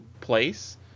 place